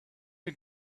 the